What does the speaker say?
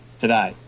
today